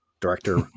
director